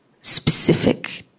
specific